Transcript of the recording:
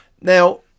Now